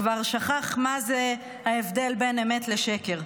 כבר שכח מה ההבדל בין אמת לשקר,